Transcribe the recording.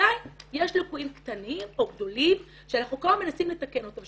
עדיין יש ליקויים קטנים או גדולים שאנחנו כל הזמן מנסים לתקן אותם.